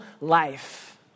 life